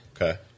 Okay